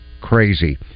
crazy